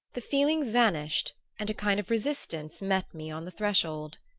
the feeling vanished and a kind of resistance met me on the threshold.